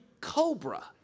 cobra